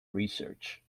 research